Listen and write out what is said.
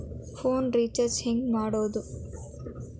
Phone recharge ಹೆಂಗೆ ಮಾಡೋದು?